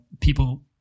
people